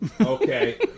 Okay